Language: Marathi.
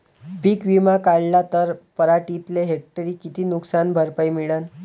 पीक विमा काढला त पराटीले हेक्टरी किती नुकसान भरपाई मिळीनं?